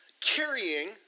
carrying